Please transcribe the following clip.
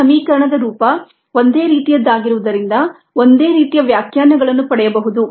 ಈ ಸಮೀಕರಣದ ರೂಪ ಒಂದೇ ರೀತಿಯದ್ದಾಗಿರುವುದರಿಂದ ಒಂದೇ ರೀತಿಯ ವ್ಯಾಖ್ಯಾನಗಳನ್ನು ಪಡೆಯಬಹುದು